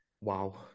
wow